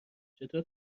چطور